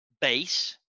base